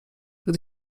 gdy